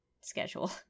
schedule